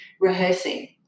rehearsing